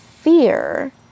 fear